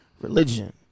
religion